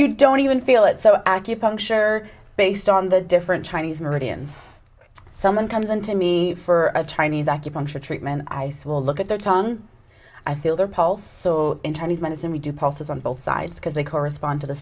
you don't even feel it so acupuncture based on the different chinese meridians someone comes in to me for a chinese acupuncture treatment ice will look at their tongue i feel their pulse so in terms of medicine we do pulses on both sides because they correspond to the